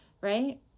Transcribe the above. right